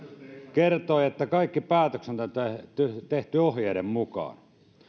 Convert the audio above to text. kertoi että kaikki päätökset on tehty ohjeiden mukaan